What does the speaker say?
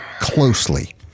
closely